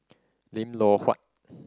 Lim Loh Huat